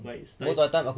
but it's nice